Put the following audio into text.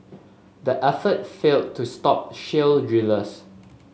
the effort failed to stop shale drillers